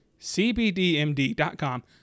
cbdmd.com